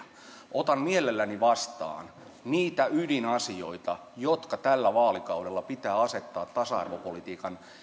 otan mielelläni vastaan niitä ydinasioita jotka tällä vaalikaudella pitää asettaa tasa arvopolitiikan